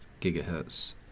gigahertz